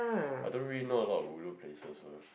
I don't really know a lot of ulu places eh